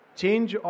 change